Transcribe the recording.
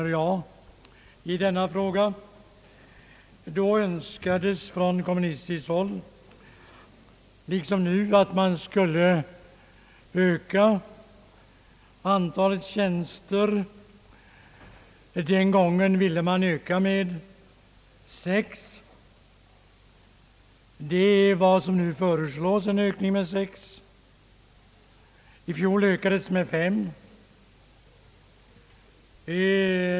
Då önskade kommunisterna att antalet tjänster skulle utökas med ytterligare sex stycken, sedan utskottet föreslagit en ökning med fem, Utskottet föreslår i år en ökning med sex tjänster, och nu vill kommunisterna öka till elva tjänster.